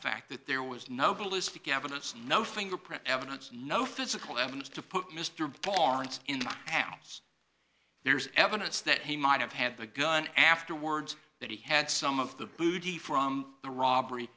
fact that there was no ballistic evidence no fingerprint evidence no physical evidence to put mr barnes in the house there's evidence that he might have had the gun afterwards that he had some of the booty from the robbery